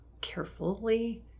carefully